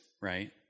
right